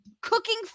cooking